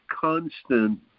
constant